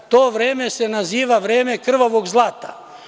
To vreme se naziva vreme krvavog zlata.